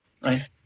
right